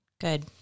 good